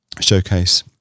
showcase